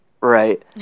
Right